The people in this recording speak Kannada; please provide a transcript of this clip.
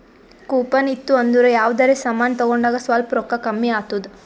ಕೂಪನ್ ಇತ್ತು ಅಂದುರ್ ಯಾವ್ದರೆ ಸಮಾನ್ ತಗೊಂಡಾಗ್ ಸ್ವಲ್ಪ್ ರೋಕ್ಕಾ ಕಮ್ಮಿ ಆತ್ತುದ್